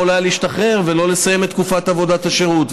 היה להשתחרר ולא לסיים את תקופת עבודת השירות.